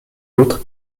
l’autre